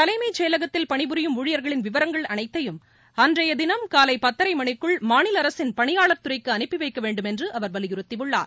தலைமைச் செயலகத்தில் பணிபுரியும் ஊழியர்களின் விவரங்கள் அனைத்தையும் அன்றைய தினம் காலை பத்தரை மணிக்குள் மாநில அரசின் பணியாளர் துறைக்கு அனுப்பி வைக்க வேண்டும் என்று அவர் வலியுறுத்தியுள்ளார்